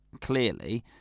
clearly